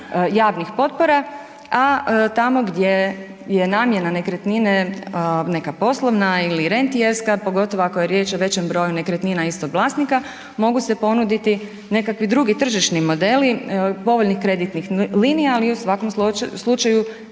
javnih potpora, a tamo gdje je namjena nekretnine neka poslovna i rentijevska, pogotovo ako je riječ o većem broju nekretnina istog vlasnika mogu se ponuditi nekakvi drugi tržišni modeli povoljnih kreditnih linija, ali u svakom slučaju